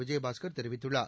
விஜயபாஸ்கர் தெரிவித்துள்ளார்